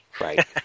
Right